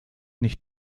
nicht